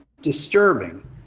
disturbing